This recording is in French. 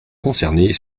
concernées